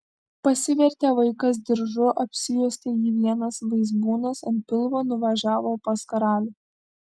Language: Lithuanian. pasivertė vaikas diržu apsijuosė jį vienas vaizbūnas ant pilvo nuvažiavo pas karalių